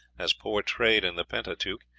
as portrayed in the pentateuch,